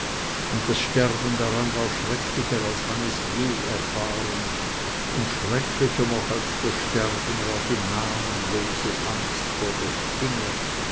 und das sterben daran war schrecklicher als man es je erfahren und schrecklicher noch als das sterben war die namenlose angst vor der spinne